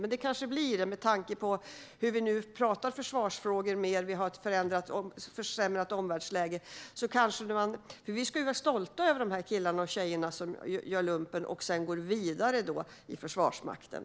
Men det kanske blir så med tanke på att vi nu pratar mer om försvarsfrågor och har ett försämrat omvärldsläge. Vi ska vara stolta över killarna och tjejerna som gör lumpen och sedan går vidare i Försvarsmakten.